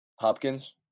Hopkins